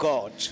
God